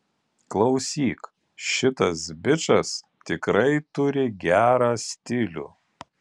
klausyk šitas bičas tikrai turi gerą stilių